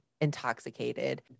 intoxicated